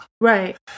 right